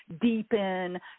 deepen